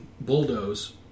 bulldoze